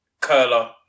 Curler